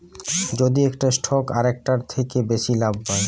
যদি একটা স্টক আরেকটার থেকে বেশি লাভ পায়